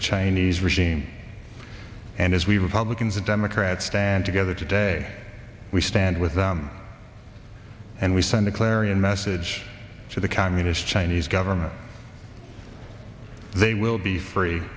the chinese regime and as we republicans and democrats stand together today we stand with them and we send a clarion message to the communist chinese government they will be free